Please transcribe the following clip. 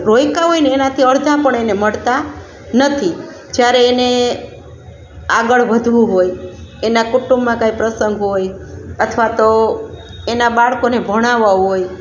રોક્યા હોય ને એનાથી અડધા પણ એને મળતા નથી જ્યારે એને આગળ વધવું હોય એનાં કુટુંબમાં કંઇ પ્રસંગ હોય અથવા તો એનાં બાળકોને ભણાવવાં હોય